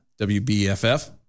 WBFF